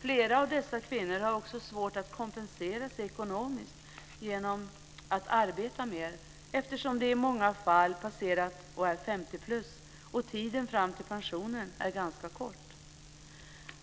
Flera av dessa kvinnor har också svårt att kompensera sig ekonomiskt genom att arbeta mer, eftersom de i många fall passerat 50 och tiden fram till pensionen är ganska kort.